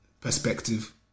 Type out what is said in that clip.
perspective